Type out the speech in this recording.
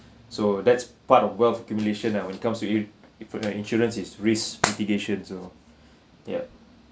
so that's part of wealth accumulation ah when it comes to if for your insurance is risk mitigation so ya